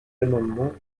amendements